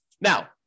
Now